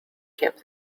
kept